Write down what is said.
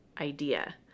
idea